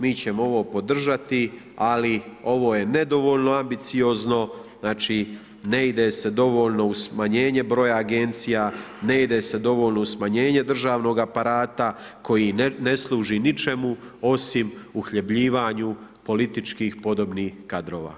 Mi ćemo ovo podržati, ali ovo je nedovoljno ambiciozno znači, ne ide se dovoljno u smanjenje broja agencija, ne ide se dovoljno u smanjenje državnoga aparata, koji ne služi ničemu, osim uhljebljivanju političkih podobnih kadrova.